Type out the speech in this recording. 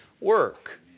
work